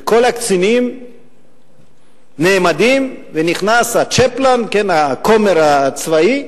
וכל הקצינים נעמדים, ונכנס הכומר הצבאי,